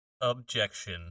Objection